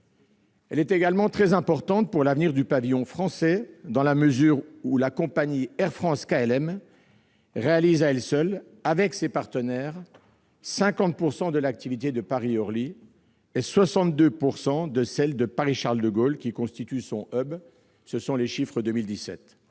Elle est également très importante pour l'avenir du pavillon français dans la mesure où la compagnie Air France-KLM représente à elle seule, avec ses partenaires, 50 % de l'activité de Paris-Orly et 62 % de celle de Paris-Charles-de-Gaulle, qui constitue son- chiffres de 2017.